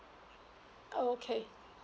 okay